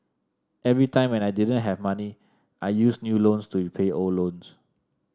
every time when I didn't have money I used new loans to repay old loans